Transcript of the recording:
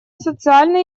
социально